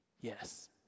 yes